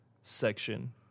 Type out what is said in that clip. section